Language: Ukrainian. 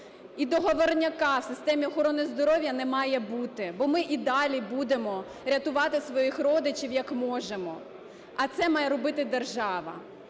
і договорняка в системі охорони здоров'я не має бути, бо ми і далі будемо рятувати своїх родичів, як можемо, а це має робити держава.